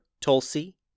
Tulsi